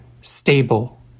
stable